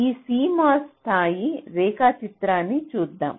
ఈ CMOS స్థాయి రేఖాచిత్రాన్ని చూద్దాం